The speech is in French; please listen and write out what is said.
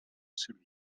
celui